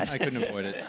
i couldn't avoid it.